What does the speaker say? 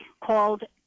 called